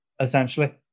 essentially